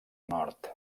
nord